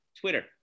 Twitter